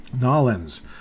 Nolens